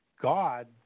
God